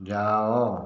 ଯାଅ